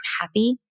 happy